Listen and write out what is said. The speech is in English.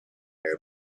arab